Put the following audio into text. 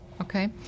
Okay